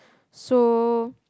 so